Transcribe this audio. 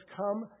come